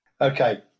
Okay